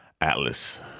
Atlas –